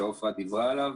שעפרה רוס דיברה עליו.